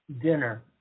dinner